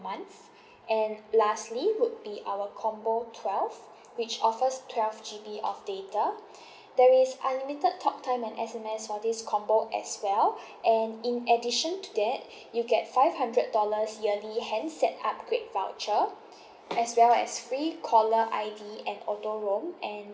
month and lastly would be our combo twelve which offers twelve G_B of data there is unlimited talk time and S_M_S for this combo as well and in addition to that you get five hundred dollars yearly handset upgrade voucher as well as free caller I_D and auto roam and